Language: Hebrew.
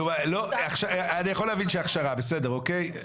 אני יכול להבין שהכשרה בסדר, אוקיי?